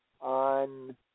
on